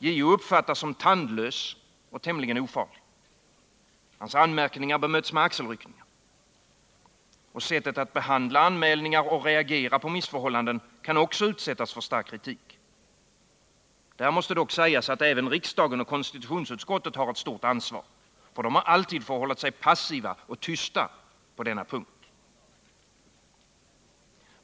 JO uppfattas som tandlös och tämligen ofarlig. Hans anmärkningar bemöts med axelryckningar. Också sättet att behandla anmälningar och reagera på missförhållanden kan utsättas för stark kritik. Där har dock även riksdagen och konstitutionsutskottet ett stort ansvar. De har alltid förhållit sig passiva och tysta på denna punkt.